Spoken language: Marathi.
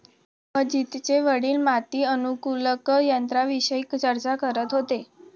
मोहजितचे वडील माती अनुकूलक यंत्राविषयी चर्चा करत होते